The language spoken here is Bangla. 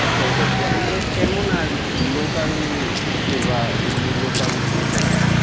আচ্ছা ওটা ব্র্যান্ডেড কেমন আর লোকাল হচ্ছে বা এমনি লোকাল ইয়েটা কীরকম